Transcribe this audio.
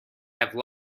never